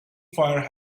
fire